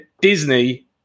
Disney